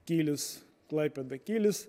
kylis klaipėda kylis